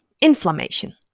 Inflammation